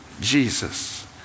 Jesus